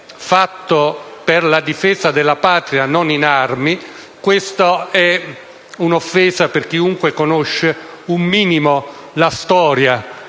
svolto per la difesa della patria non in armi, questa è un'offesa per chiunque conosca un minimo la storia